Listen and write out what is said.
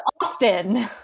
often